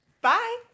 Bye